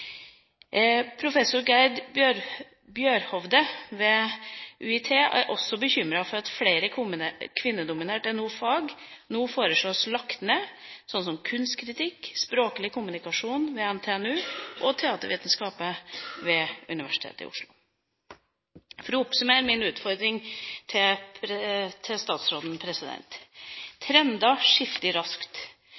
Professor Gerd Bjørhovde ved UiT er også bekymret for at flere kvinnedominerte fag nå foreslås lagt ned, slik som kunstkritikk, språklig kommunikasjon ved NTNU og teatervitenskap ved Universitetet i Oslo. For å oppsummere min utfordring til